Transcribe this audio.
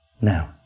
now